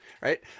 right